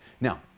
Now